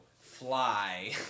fly